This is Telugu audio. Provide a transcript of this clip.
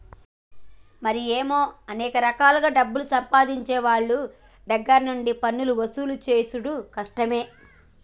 మరి ఏమో అనేక రకాలుగా డబ్బులు సంపాదించేవోళ్ళ దగ్గర నుండి పన్నులు వసూలు సేసుడు కట్టమే